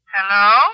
Hello